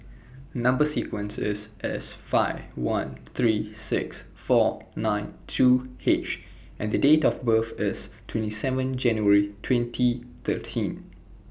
Number sequence IS S five one three six four nine two H and Date of birth IS twenty seven January twenty thirteen